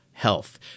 Health